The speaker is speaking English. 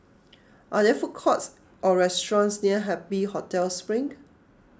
are there food courts or restaurants near Happy Hotel Spring